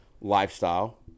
Lifestyle